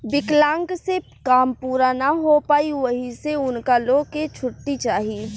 विकलांक से काम पूरा ना हो पाई ओहि से उनका लो के छुट्टी चाही